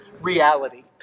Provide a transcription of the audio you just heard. reality